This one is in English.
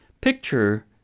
Picture